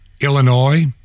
Illinois